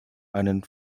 einen